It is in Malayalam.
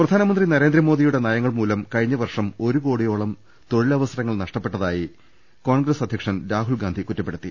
പ്രധാനമന്ത്രി നരേന്ദ്രമോദിയുടെ നയങ്ങൾമൂലം കഴിഞ്ഞവർഷം ഒരു കോടിയോളം തൊഴിലവസരങ്ങൾ നഷ്ടപ്പെട്ടതായി കോൺഗ്രസ് അധ്യ ക്ഷൻ രാഹുൽഗാന്ധി കുറ്റപ്പെടുത്തി